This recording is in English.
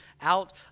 out